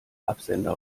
absender